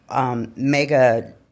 mega